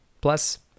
Plus